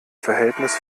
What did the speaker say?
verhältnis